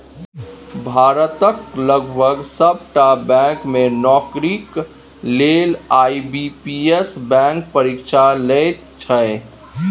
भारतक लगभग सभटा बैंक मे नौकरीक लेल आई.बी.पी.एस बैंक परीक्षा लैत छै